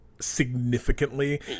significantly